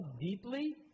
deeply